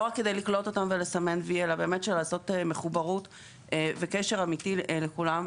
לא רק כדי לקלוט אותם ולסמן וי אלא כדי לעשות מחוברות וקשר אמיתי לכולם.